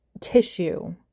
tissue